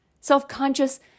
Self-conscious